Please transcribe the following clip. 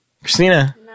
Christina